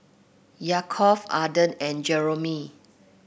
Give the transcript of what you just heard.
Yaakov Arden and Jeromy